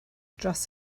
dros